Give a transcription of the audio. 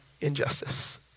injustice